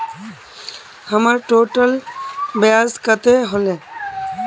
हमर टोटल ब्याज कते होले?